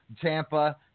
Tampa